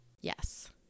Yes